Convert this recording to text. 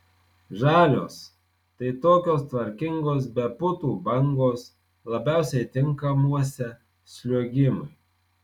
žalios tai tokios tvarkingos be putų bangos labiausiai tinkamuose sliuogimui